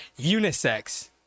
unisex